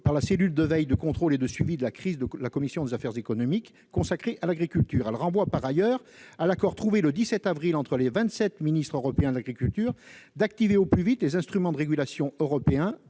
par la cellule de veille, de contrôle et de suivi de crise de la commission des affaires économiques dédiée à l'agriculture. Elle renvoie par ailleurs à l'accord trouvé le 17 avril entre les vingt-sept ministres européens de l'agriculture pour activer au plus vite les instruments de régulation européens,